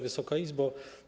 Wysoka Izbo!